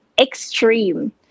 extreme